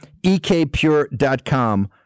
Ekpure.com